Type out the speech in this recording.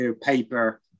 paper